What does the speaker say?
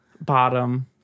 bottom